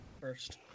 first